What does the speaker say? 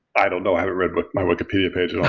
i don't know. i haven't read but my wikipedia page